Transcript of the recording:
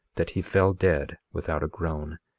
that he fell dead without a groan.